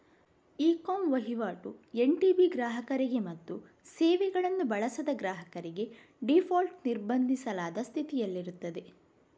E com ವಹಿವಾಟು NTB ಗ್ರಾಹಕರಿಗೆ ಮತ್ತು ಸೇವೆಗಳನ್ನು ಬಳಸದ ಗ್ರಾಹಕರಿಗೆ ಡೀಫಾಲ್ಟ್ ನಿರ್ಬಂಧಿಸಲಾದ ಸ್ಥಿತಿಯಲ್ಲಿರುತ್ತದೆ